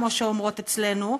כמו שאומרות אצלנו,